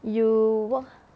you !wah!